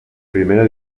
primera